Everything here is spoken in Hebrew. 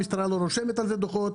המשטרה לא רושמת על זה דוחות